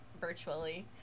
virtually